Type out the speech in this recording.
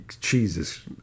Jesus